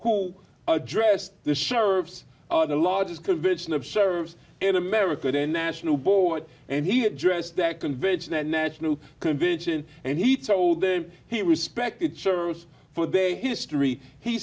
who addressed the sheriffs are the largest convention of service in america then national board and he addressed that convention at national convention and he told them he respected service for their history he